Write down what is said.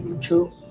True